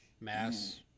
mass